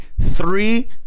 Three